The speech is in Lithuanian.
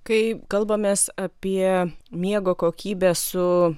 kai kalbamės apie miego kokybę su